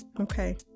Okay